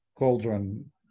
Cauldron